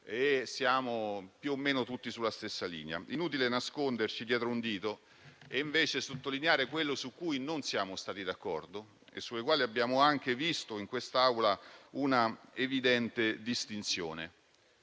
e siamo più o meno tutti sulla stessa linea. È inutile nasconderci dietro un dito e sottolineare quello su cui non siamo stati d'accordo e su cui abbiamo anche visto in quest'Aula un'evidente distinzione.